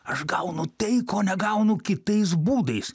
aš gaunu tai ko negaunu kitais būdais